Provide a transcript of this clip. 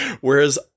Whereas